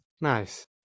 Nice